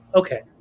okay